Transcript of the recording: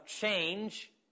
change